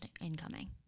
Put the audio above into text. incoming